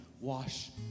wash